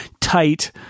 tight